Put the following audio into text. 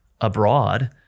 abroad